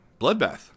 Bloodbath